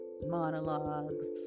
monologues